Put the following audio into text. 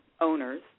owners